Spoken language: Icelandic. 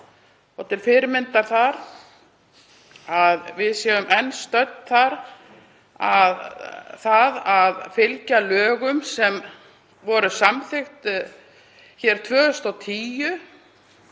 og til fyrirmyndar þar, að við séum enn stödd þar að þegar fylgja á lögum sem voru samþykkt 2010